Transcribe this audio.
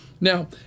Now